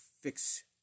fix